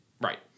Right